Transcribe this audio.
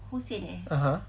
(uh huh)